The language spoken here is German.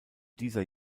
dieser